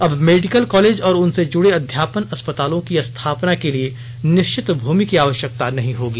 अब medical college और उनसे जुड़े अध्यापन अस्पतालों की स्थापना के लिए निश्चित भूमि की आवश्यकता नहीं होगी